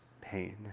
pain